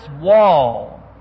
wall